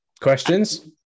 questions